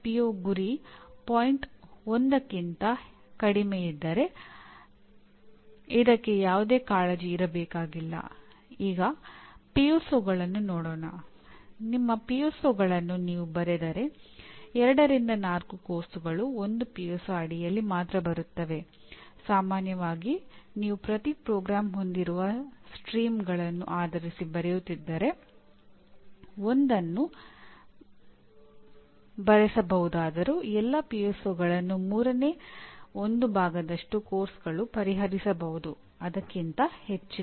PO 2 ಮೂರನೇ ಒಂದು ಭಾಗದಷ್ಟು ಪಠ್ಯಕ್ರಮಗಳು ಪರಿಹರಿಸಬಹುದು ಅದಕ್ಕಿಂತ ಹೆಚ್ಚಿಲ್ಲ